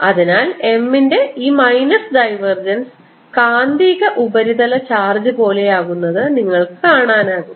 അതിനാൽ M ന്റെ ഈ മൈനസ് ഡൈവർജൻസ് കാന്തിക ഉപരിതല ചാർജ് പോലെയാകുന്നത് നിങ്ങൾക്ക് കാണാനാകും